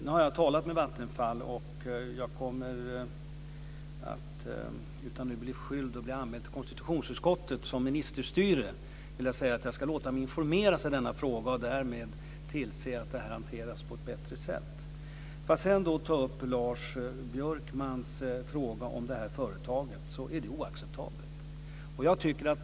Nu har jag talat med Vattenfall, och jag kommer - utan att nu bli beskylld och anmäld till konstitutionsutskottet för ministerstyre - att låta mig informeras i denna fråga och därmed tillse att det här hanteras på ett bättre sätt. När det sedan gäller Lars Björkmans exempel om textilföretaget är det något som är oacceptabelt.